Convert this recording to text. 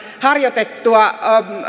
harjoitettua